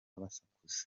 basakuza